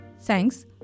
Thanks